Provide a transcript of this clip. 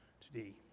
today